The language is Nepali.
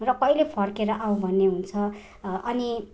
र कहिले फर्केर आऊँ भन्ने हुन्छ अनि